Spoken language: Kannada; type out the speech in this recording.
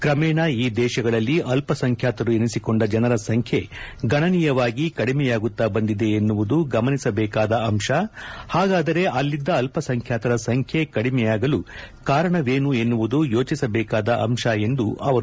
ಕ್ರಮೇಣ ಈ ದೇಶಗಳಲ್ಲಿ ಅಲ್ಪಸಂಖ್ಯಾತರು ಎನಿಸಿಕೊಂಡ ಜನರ ಸಂಖ್ಯೆ ಗಣನೀಯವಾಗಿ ಕಡಿಮೆಯಾಗುತ್ತಾ ಬಂದಿದೆ ಎನ್ನುವುದು ಗಮನಿಸಬೇಕಾದ ಅಂಶ ಹಾಗಾದರೆ ಅಲ್ಲಿದ್ದ ಅಲ್ಲಸಂಖ್ಯಾತರ ಸಂಖ್ಯೆ ಕಡಿಮೆಯಾಗಲು ಕಾರಣವೇನು ಎನ್ನುವುದು ಯೋಚಿಸಬೇಕಾದ ಅಂಶ ಎಂದರು